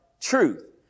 truth